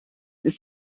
ist